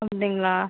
அப்படிங்களா